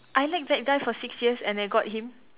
I liked that guy for six years and I got him